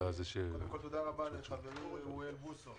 קודם כל תודה רבה לחברי אוריאל בוסו